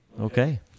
Okay